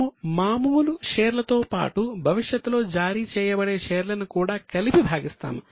మనము మామూలు షేర్ల తో పాటు భవిష్యత్తులో జారీ చేయబడే షేర్లను కూడా కలిపి భాగిస్తాము